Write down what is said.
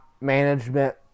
management